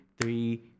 three